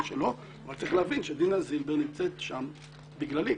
צריך להבין שדינה זילבר נמצאת שם בגללי.